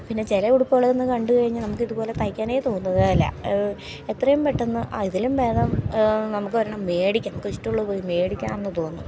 പിന്നെ ചില ഉടുപ്പുകളെന്ന് കണ്ടു കഴിഞ്ഞാൽ നമുക്ക് ഇതുപോലെ തയ്ക്കാനേ തോന്നുകയില്ല എത്രയും പെട്ടെന്ന് അതിലും ഭേതം നമുക്ക് ഒരെണ്ണം മേടിക്കാം നമുക്ക് ഇഷ്ടമുള്ളത് പോയി മേടിക്കാമെന്ന് തോന്നും